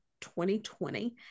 2020